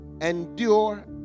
endure